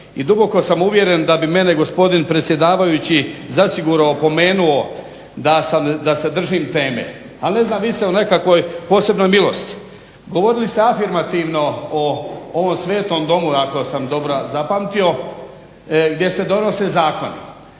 I duboko sam uvjeren da bi mene gospodin predsjedavajući zasigurno opomenuo da se držim teme. Ali ne znam, vi ste u nekakvoj posebnoj milosti. Govorili ste afirmativno o ovom svetom domu ako sam dobro zapamtio, gdje se donose zakoni,